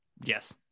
yes